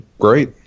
great